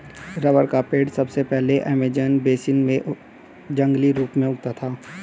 rubber का पेड़ सबसे पहले अमेज़न बेसिन में जंगली रूप से उगता था